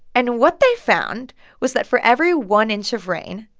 and what they found was that for every one inch of rain,